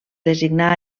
designar